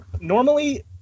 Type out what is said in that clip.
normally